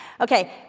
Okay